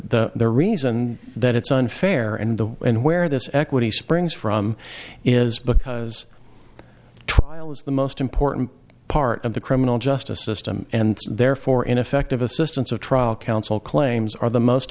the reason that it's unfair and the where this equity springs from is because the trial is the most important part of the criminal justice system and therefore ineffective assistance of trial counsel claims are the most